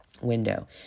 window